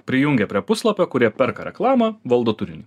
prijungia prie puslapio kur jie perka reklamą valdo turinį